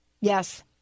yes